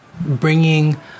bringing